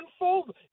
unfold